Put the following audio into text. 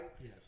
Yes